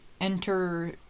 enter